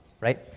right